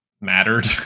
mattered